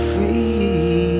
Free